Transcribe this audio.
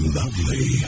lovely